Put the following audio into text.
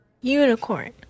Unicorn